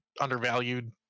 undervalued